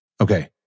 Okay